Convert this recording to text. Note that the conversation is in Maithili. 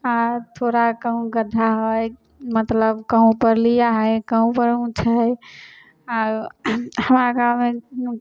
आओर थोड़ा कहुँ गड्ढा हइ मतलब कहुँपर लिआ हइ कहुँपर उँच हइ आओर हमरा गाँवमे